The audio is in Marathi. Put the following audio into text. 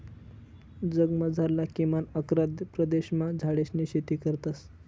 जगमझारला किमान अकरा प्रदेशमा झाडेसनी शेती करतस